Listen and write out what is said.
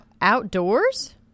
outdoors